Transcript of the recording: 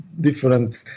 different